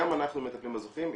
גם אנחנו מטפלים בזוכים,